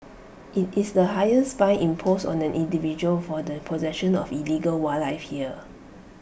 IT is the highest fine imposed on an individual for the possession of illegal wildlife here